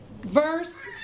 Verse